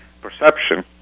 perception